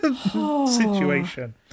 situation